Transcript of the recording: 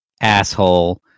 asshole